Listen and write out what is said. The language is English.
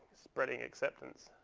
spreading acceptance.